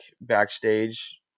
backstage